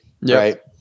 Right